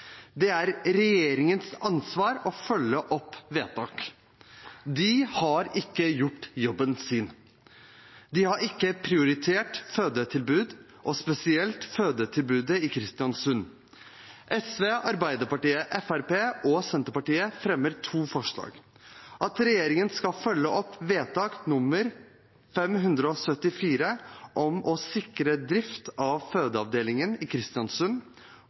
Det er regjeringens ansvar å følge opp vedtak. De har ikke gjort jobben sin. De har ikke prioritert fødetilbud, og spesielt fødetilbudet i Kristiansund. SV, Arbeiderpartiet, Fremskrittspartiet og Senterpartiet fremmer to forslag til vedtak: for det første at regjeringen skal følge opp vedtak nr. 574 for 2019–2020, om å sikre drift av fødeavdelingen i Kristiansund,